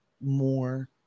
more